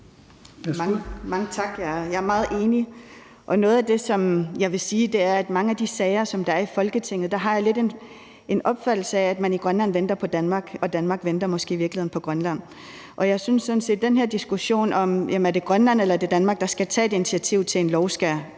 Mange tak. Jeg er meget enig. Noget af det, som jeg vil sige, er, at i forhold til mange af de sager, der er i Folketinget, har jeg lidt en opfattelse af, at man i Grønland venter på Danmark – og Danmark venter måske i virkeligheden på Grønland. Jeg synes sådan set, at det drejer sig om den her diskussion, altså om det er Grønland eller Danmark, der skal tage et initiativ til en lovændring.